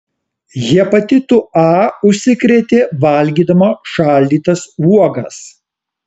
hepatitu a užsikrėtė valgydama šaldytas uogas